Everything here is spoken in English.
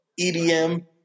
EDM